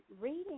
Reading